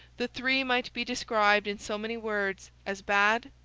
the three might be described, in so many words, as bad,